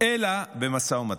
אלא במשא ומתן,